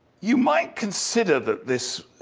you might consider that this